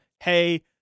Hey